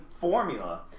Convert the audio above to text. formula